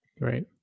Right